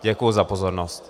Děkuji za pozornost.